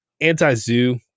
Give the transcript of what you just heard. anti-zoo